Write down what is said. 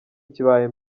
kibaye